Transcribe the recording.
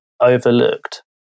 overlooked